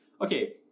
Okay